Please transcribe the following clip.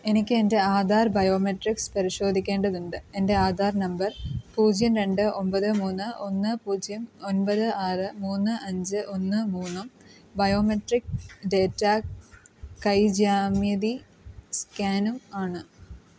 എനിക്ക് എൻ്റെ ആധാർ ബയോമെട്രിക്സ് പരിശോധിക്കേണ്ടതുണ്ട് എൻ്റെ ആധാർ നമ്പർ പൂജ്യം രണ്ട് ഒമ്പത് മൂന്ന് ഒന്ന് പൂജ്യം ഒൻപത് ആറ് മൂന്ന് അഞ്ച് ഒന്ന് മൂന്നും ബയോമെട്രിക് ഡാറ്റ കൈ ജ്യാമിതി സ്കാനും ആണ്